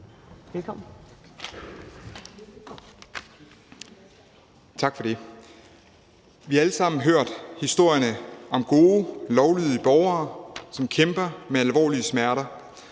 (S): Tak for det. Vi har alle sammen hørt historierne om gode, lovlydige borger, som kæmper med alvorlige smerter,